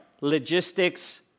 logistics